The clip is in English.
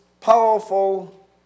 powerful